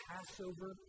Passover